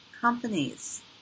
companies